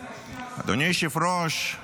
אדוני היושב-ראש,